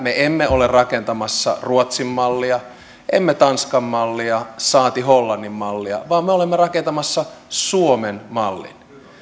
me emme ole rakentamassa ruotsin mallia emme tanskan mallia saati hollannin mallia vaan me olemme rakentamassa suomen mallin